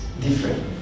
different